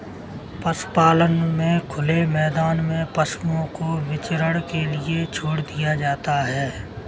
पशुपालन में खुले मैदान में पशुओं को विचरण के लिए छोड़ दिया जाता है